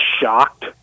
shocked